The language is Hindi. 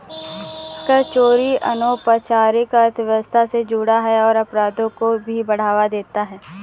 कर चोरी अनौपचारिक अर्थव्यवस्था से जुड़ा है और अपराधों को भी बढ़ावा देता है